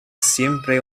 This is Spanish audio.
siempre